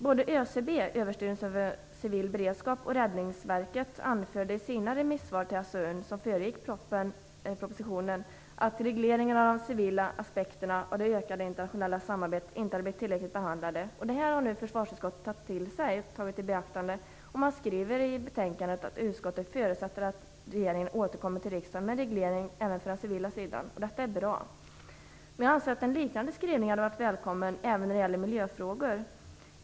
Både ÖCB och Räddningsverket anförde i sina remissvar till SOU-betänkandet som föregick propositionen att regleringen av de civila aspekterna och det ökade internationella samarbetet inte hade blivit tillräckligt behandlade. Det här har nu försvarsutskottet tagit i beaktande och skriver att utskottet förutsätter att regeringen återkommer till riksdagen med reglering även av den civila sidan. Detta är bra. Men jag anser att en liknande skrivning hade varit välkommen även när det gäller miljöfrågor.